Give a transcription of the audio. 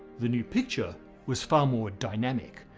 the new picture was far more dynamic.